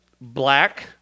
black